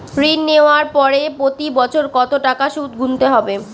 ঋণ নেওয়ার পরে প্রতি বছর কত টাকা সুদ গুনতে হবে?